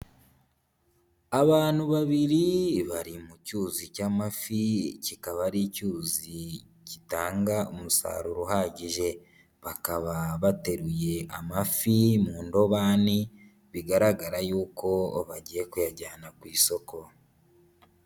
Abantu babiri bari mu cyuzi cy'amafi kikaba ari icyuzi gitanga umusaruro uhagije, bakaba bateruye amafi mu ndobani bigaragara yuko bagiye kuyajyana ku isoko.